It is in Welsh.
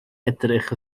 edrych